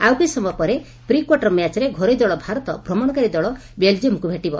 ଆଉ କିଛି ସମୟ ପରେ ପ୍ରି କ୍ୱାର୍ଟର ମ୍ୟାଚ୍ରେ ଘରୋଇ ଦଳ ଭାରତ ଭ୍ରମଶକାରୀ ଦଳ ବେଲ୍ଜିୟମ୍କୁ ଭେଟିବ